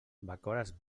bacores